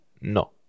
no